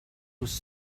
was